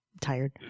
tired